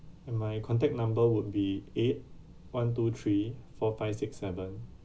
and my contact number would be eight one two three four five six seven